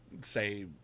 say